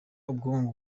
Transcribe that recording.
ubwonko